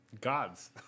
gods